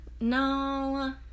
No